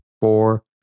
four